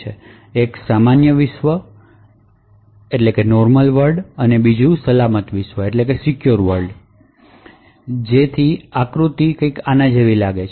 તે એક સામાન્ય વિશ્વ અને સલામત વિશ્વ બનાવે છે જેથી આકૃતિ કંઈક આના જેવી લાગે છે